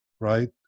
right